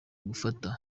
gufata